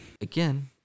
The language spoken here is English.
Again